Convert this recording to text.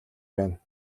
байна